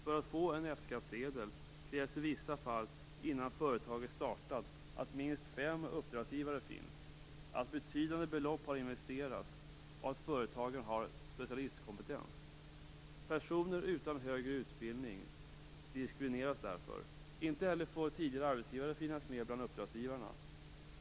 För att få en F-skattsedel krävs det i vissa fall, innan företaget startat, att minst fem uppdragsgivare finns, att betydande belopp har investerats och att företagaren har specialistkompetens. Personer utan högre utbildning diskrimineras därför. Vidare får inte tidigare arbetsgivare finnas med bland uppdragsgivarna.